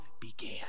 began